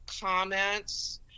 comments